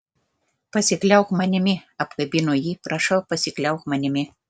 pasikliauk manimi apkabino jį prašau pasikliauk manimi